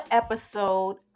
episode